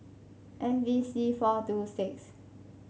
M V C four two six